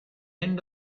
end